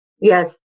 yes